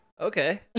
Okay